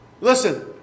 Listen